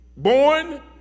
Born